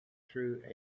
through